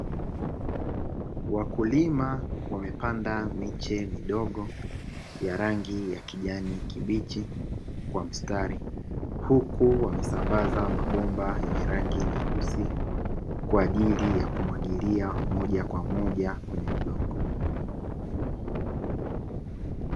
Wakulima wamepeanda miche midogo ya rangi ya kijani kibichi kwa mstari, huku wamesambaza mabomba yenye rangi nyeusi, kwa ajili ya kumwagilia moja kwa moja kwenye udongo.